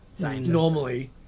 normally